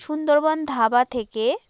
সুন্দরবন ধাবা থেকে